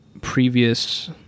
previous